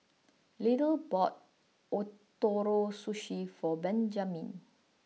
Little bought Ootoro Sushi for Benjamine